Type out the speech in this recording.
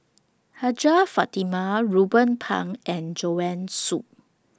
Hajjah Fatimah Ruben Pang and Joanne Soo